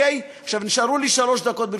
נשארו לי שלוש דקות.